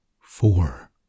four